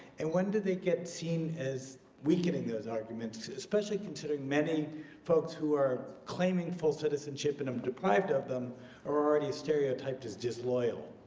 and when do they get seen as weakening those arguments, especially considering many folks who are claiming full citizenship and are um deprived of them are already stereotyped as disloyal?